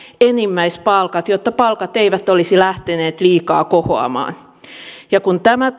enimmäispalkat jotta palkat eivät olisi lähteneet liikaa kohoamaan kun tämä